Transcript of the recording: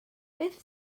beth